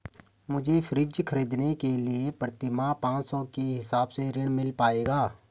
मुझे फ्रीज खरीदने के लिए प्रति माह पाँच सौ के हिसाब से ऋण मिल पाएगा?